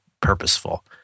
purposeful